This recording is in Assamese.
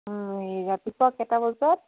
এই ৰাতিপুৱা কেইটা বজাত